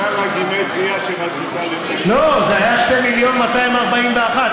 בגלל הגימטרייה, לא, זה היה 2.241 מיליון.